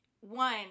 one